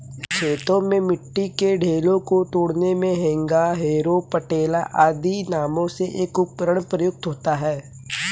खेतों में मिट्टी के ढेलों को तोड़ने मे हेंगा, हैरो, पटेला आदि नामों से एक उपकरण प्रयुक्त होता है